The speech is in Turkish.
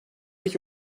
iki